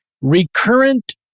recurrent